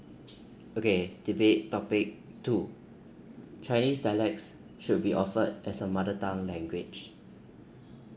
okay debate topic two chinese dialects should be offered as a mother tongue language